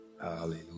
Hallelujah